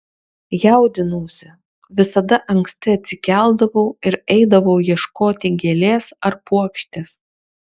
jaudinausi visada anksti atsikeldavau ir eidavau ieškoti gėlės ar puokštės